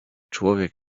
człowiek